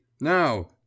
now